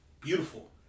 beautiful